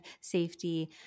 safety